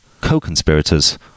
co-conspirators